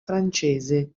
francese